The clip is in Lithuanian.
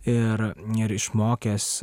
ir ir išmokęs